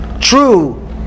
True